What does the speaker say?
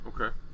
Okay